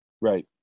Right